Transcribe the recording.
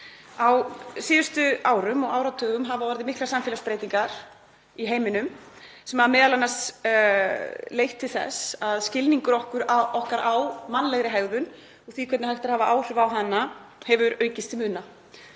Á síðustu árum og áratugum hafa orðið miklar samfélagsbreytingar í heiminum sem m.a. hafa leitt til þess að skilningur okkar á mannlegri hegðun og því hvernig hægt er að hafa áhrif á hana hefur aukist til muna.